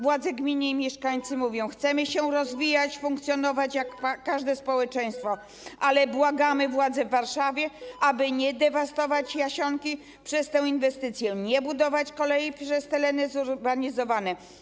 Władze gminy i mieszkańcy mówią: Chcemy się rozwijać, funkcjonować jak każde społeczeństwo, ale błagamy władze w Warszawie, aby nie dewastowały Jasionki przez tę inwestycję, nie budowały kolei przez tereny zurbanizowane.